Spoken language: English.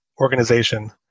organization